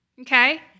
okay